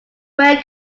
where